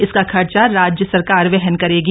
इसका खर्चा राज्य सरकार वहन करेगी